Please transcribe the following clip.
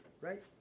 Right